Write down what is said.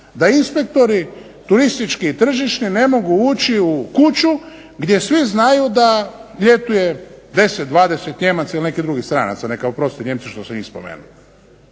da inspektori turistički i tržišni ne mogu ući u kuću gdje svi znaju da ljetuje 10, 20 Nijemaca ili nekih drugih stranaca, neka oproste Nijemci što sam ih spomenuo.